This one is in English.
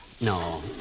No